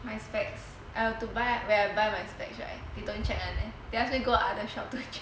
my specs where I buy my specs right they ask me go other shop to check